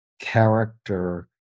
character